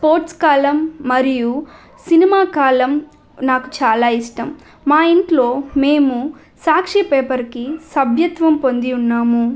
sports కాలం మరియు cinema కాలం నాకు చాలా ఇష్టం మా ఇంట్లో మేము సాక్షి పేపర్కి సభ్యత్వం పొంది ఉన్నాము